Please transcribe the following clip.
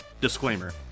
Disclaimer